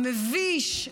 המביש,